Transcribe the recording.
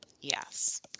Yes